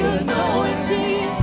anointing